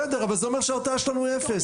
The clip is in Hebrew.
בסדר, אבל זה אומר שההרתעה שלנו היא אפס.